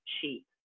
sheep